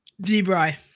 D-Bry